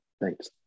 Thanks